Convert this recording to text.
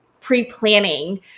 pre-planning